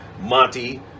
Monty